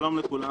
שלום לכולם.